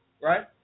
right